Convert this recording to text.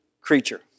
creature